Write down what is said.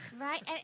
Right